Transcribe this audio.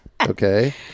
Okay